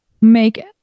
make